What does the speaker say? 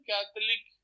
Catholic